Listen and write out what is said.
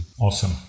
Awesome